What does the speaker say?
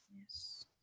Yes